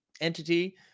entity